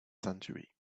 century